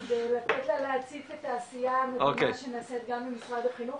--- לתת לה להציג גם את העשייה שנעשית במשרד החינוך